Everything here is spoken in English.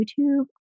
YouTube